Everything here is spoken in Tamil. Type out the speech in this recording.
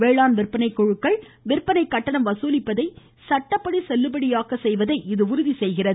வேளாண் விற்பனை குழுக்கள் விற்பனை கட்டணம் வசூலிப்பதை சட்டப்படி செல்லுபடியாக்க செய்வதை இது உறுதி செய்கிறது